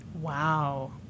Wow